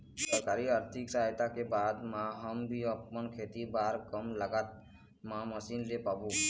सरकारी आरथिक सहायता के बाद मा हम भी आपमन खेती बार कम लागत मा मशीन ले पाबो?